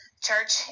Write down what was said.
church